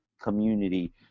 community